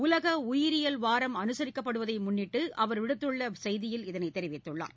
உலக உயிரியியல் வாரம் அனுசரிக்கப்படுவதை முன்னிட்டு அவர் விடுத்துள்ள செய்தியில் இதனை தெரிவித்துள்ளார்